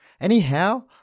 Anyhow